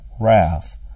wrath